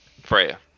Freya